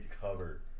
cover